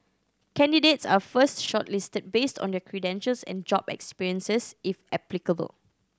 candidates are first shortlisted based on their credentials and job experiences if applicable